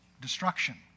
destruction